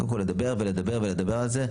קודם כל לדבר ולדבר ולדבר על זה,